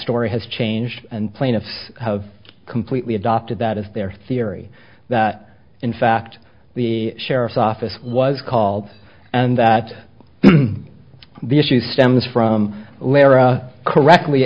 story has changed and plaintiffs have completely adopted that as their theory that in fact the sheriff's office was called and that the issue stems from lehrer correctly